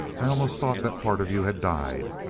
i almost thought that part of you had died.